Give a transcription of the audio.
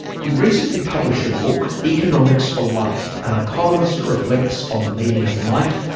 he recently published a book economics for life an economist reflects on the meaning of life,